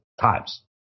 times